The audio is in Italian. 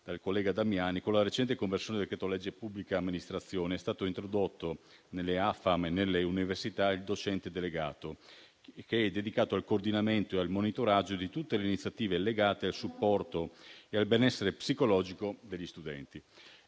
dal collega Damiani, con la recente conversione del decreto-legge pubblica amministrazione è stato introdotto nelle AFAM e nelle università il docente delegato, che è dedicato al coordinamento e al monitoraggio di tutte le iniziative legate al supporto e al benessere psicologico degli studenti.